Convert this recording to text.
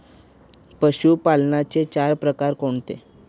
पशुपालनाचे चार प्रकार कोणते?